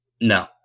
No